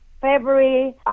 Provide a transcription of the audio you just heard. February